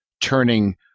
turning